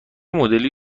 مدلی